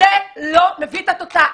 --- זה לא מביא את התוצאה.